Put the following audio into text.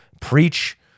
preach